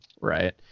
right